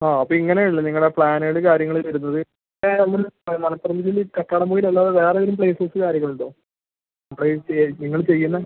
ആ അപ്പോൾ ഇങ്ങനെയാണ് നിങ്ങളെ പ്ലാനുകൾ കാര്യങ്ങൾ വരുന്നത് വേണമെങ്കിൽ മലപ്പുറം ജില്ലയിൽ കക്കാടംപൊയിൽ അല്ലാതെ വേറെ ഏതെങ്കിലും പ്ലേസസ് കാര്യങ്ങൾ ഉണ്ടോ പ്ലേസ് നിങ്ങൾ ചെയ്യുന്നത്